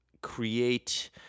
create